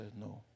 no